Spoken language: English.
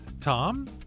Tom